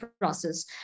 process